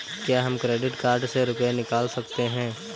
क्या हम credit card से रुपये निकाल सकते हैं?